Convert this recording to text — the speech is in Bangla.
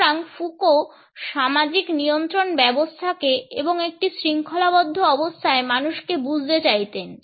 সুতরাং ফুকো সামাজিক নিয়ন্ত্রন ব্যবস্থাকে এবং একটি শৃঙ্খলাবদ্ধ অবস্থায় মানুষকে বুঝতে চাইতেন